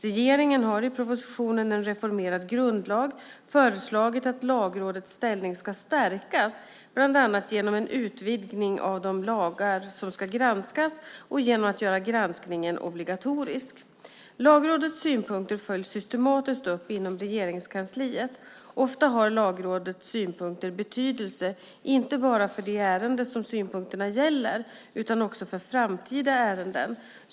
Regeringen har i propositionen En reformerad grundlag föreslagit att Lagrådets ställning ska stärkas bland annat genom en utvidgning av de olika lagar som ska granskas och genom att granskningen görs obligatorisk. Lagrådets synpunkter följs systematiskt upp inom Regeringskansliet. Ofta har Lagrådets synpunkter betydelse inte bara för det ärende som synpunkterna gäller utan också för framtida ärenden.